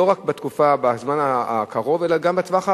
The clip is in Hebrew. לא רק בזמן הקרוב אלא גם בטווח הארוך.